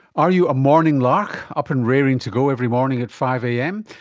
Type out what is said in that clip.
are you a morning lark, up and raring to go every morning at five am,